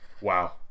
Wow